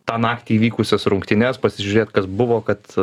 tą naktį vykusias rungtynes pasižiūrėt kas buvo kad